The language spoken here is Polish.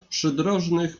przydrożnych